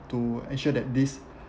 to ensure that this